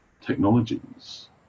technologies